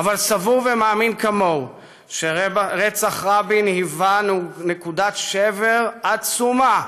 אבל סבור ומאמין כמוהו שרצח רבין היווה נקודת שבר עצומה